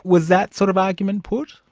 was that sort of argument put?